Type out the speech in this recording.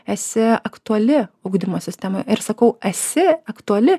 esi aktuali ugdymo sistema ir sakau esi aktuali